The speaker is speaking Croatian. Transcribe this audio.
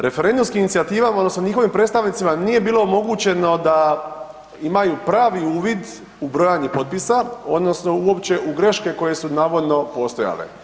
Referendumskim inicijativama odnosno njihovim predstavnicima nije bilo omogućeno da imaju pravi uvid u brojanje potpisa odnosno uopće u greške koje su navodno postojale.